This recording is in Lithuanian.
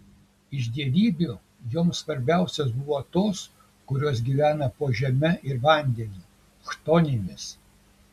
iš dievybių joms svarbiausios buvo tos kurios gyvena po žeme ir vandeniu chtoninės